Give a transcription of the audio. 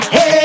Hey